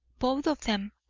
both of them.